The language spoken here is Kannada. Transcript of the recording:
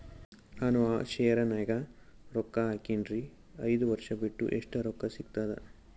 ನಾನು ಆ ಶೇರ ನ್ಯಾಗ ರೊಕ್ಕ ಹಾಕಿನ್ರಿ, ಐದ ವರ್ಷ ಬಿಟ್ಟು ಎಷ್ಟ ರೊಕ್ಕ ಸಿಗ್ತದ?